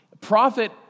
prophet